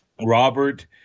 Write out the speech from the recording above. Robert